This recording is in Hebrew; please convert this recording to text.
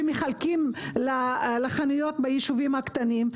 שמחלקים לחנויות ביישובים הקטנים,